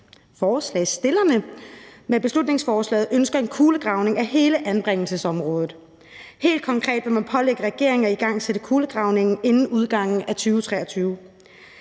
forslagsstillerne med beslutningsforslaget ønsker en kulegravning af hele anbringelsesområdet. Helt konkret vil man pålægge regeringen at igangsætte kulegravningen inden udgangen af 2023.